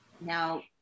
now